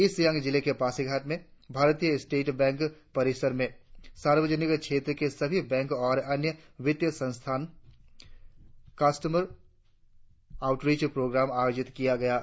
east Siang जिले के पासीघाट में भारतीया स्टॆट बैंक परिसर में सार्वजनिक क्षेत्र के सभी बैंक और अन्य वित्तीय संस्थान कास्टमर आउटरीच प्रोग्राम आयोजित कर रहे है